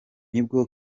nibwo